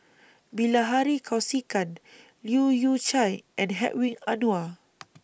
Bilahari Kausikan Leu Yew Chye and Hedwig Anuar